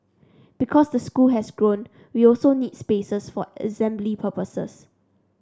because the school has grown we also need spaces for assembly purposes